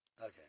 Okay